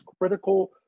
critical